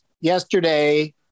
Yesterday